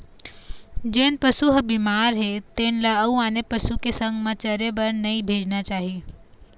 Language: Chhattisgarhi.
जेन पशु ह बिमार हे तेन ल अउ आने पशु के संग म चरे बर नइ भेजना चाही